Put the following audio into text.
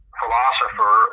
philosopher